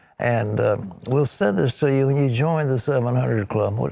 and will send this to you when you join the seven hundred club.